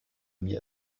mir